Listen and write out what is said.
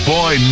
Boy